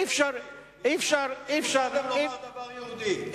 זאת מדינה יהודית.